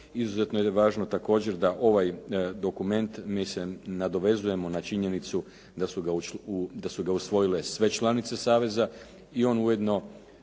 Izuzetno je važno također da ovaj dokument, mi se nadovezujemo na činjenicu da su ga usvojile sve članice saveza i on ujedno